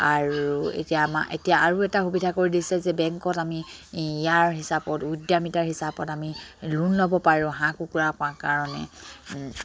আৰু এতিয়া আমাৰ এতিয়া আৰু এটা সুবিধা কৰি দিছে যে বেংকত আমি ইয়াৰ হিচাপত উদ্যামিতাৰ হিচাপত আমি লোণ ল'ব পাৰোঁ হাঁহ কুকুৰা কাৰণে